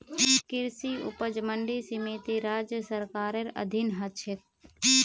कृषि उपज मंडी समिति राज्य सरकारेर अधीन ह छेक